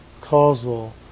causal